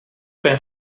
ben